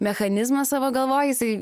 mechanizmą savo galvoj jisai